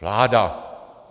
Vláda.